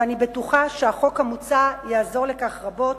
ואני בטוחה שהחוק המוצע יעזור בכך רבות.